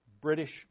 British